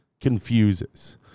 confuses